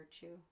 virtue